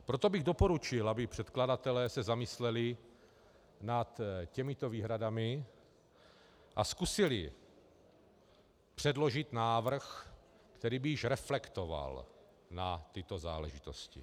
Proto bych doporučil, aby se předkladatelé zamysleli nad těmito výhradami a zkusili předložit návrh, který by již reflektoval tyto záležitosti.